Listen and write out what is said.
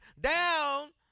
down